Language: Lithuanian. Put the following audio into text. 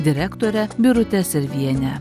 direktore birute serviene